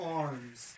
arms